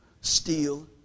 steal